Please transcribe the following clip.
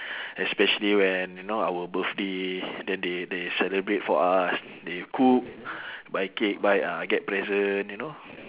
especially when you know our birthday then they they celebrate for us they cook buy cake buy ah get present you know